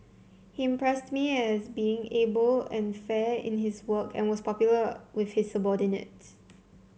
he impressed me as being able and fair in his work and was popular with his subordinates